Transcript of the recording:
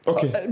Okay